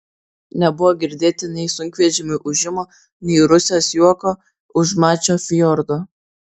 nebuvo girdėti nei sunkvežimių ūžimo nei rusės juoko už mačio fjordo